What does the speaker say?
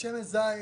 השמן זית